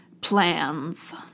plans